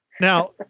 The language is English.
Now